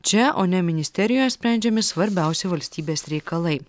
čia o ne ministerijoje sprendžiami svarbiausi valstybės reikalai